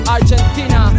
Argentina